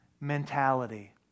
mentality